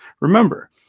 Remember